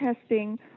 testing